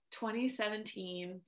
2017